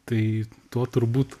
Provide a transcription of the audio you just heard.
tai tuo turbūt